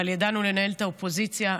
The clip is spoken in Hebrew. אבל ידענו לנהל את האופוזיציה,